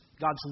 God's